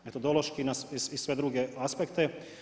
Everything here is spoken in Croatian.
Metodološki i na sve druge aspekte.